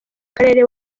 karere